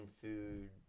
food